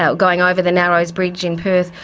ah going over the narrows bridge in perth,